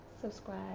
subscribe